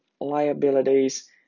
liabilities